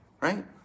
right